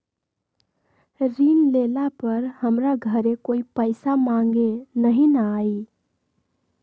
ऋण लेला पर हमरा घरे कोई पैसा मांगे नहीं न आई?